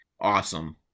awesome